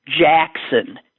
Jackson